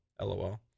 lol